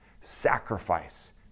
sacrifice